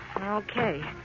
Okay